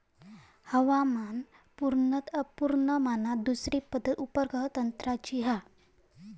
हवामान पुर्वानुमानात दुसरी पद्धत उपग्रह तंत्रज्ञानाची हा